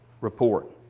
report